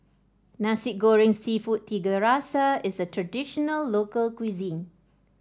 Nasi Goreng seafood Tiga Rasa is a traditional local cuisine